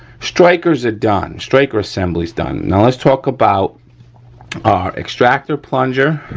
strikers are done. striker assembly's done. now let's talk about our extractor plunger,